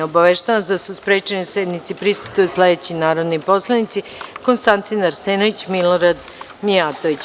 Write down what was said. Obaveštavam vas da su sprečeni da sednici prisustvuju sledeći narodni poslanici: Konstantin Arsenović i dr Milorad Mijatović.